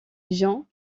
jean